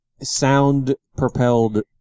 sound-propelled